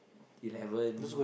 eleven